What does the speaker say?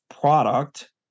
product